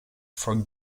for